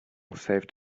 saved